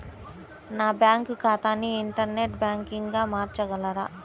నా బ్యాంక్ ఖాతాని ఇంటర్నెట్ బ్యాంకింగ్గా మార్చగలరా?